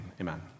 amen